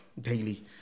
daily